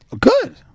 Good